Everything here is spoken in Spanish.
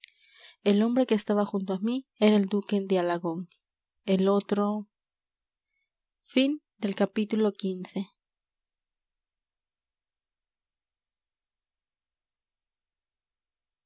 el hombre que estaba junto a mí era el duque de alagón el otro